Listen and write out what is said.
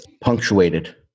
punctuated